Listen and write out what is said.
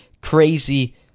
crazy